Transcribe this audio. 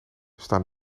staan